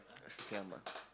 siam ah